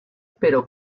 pero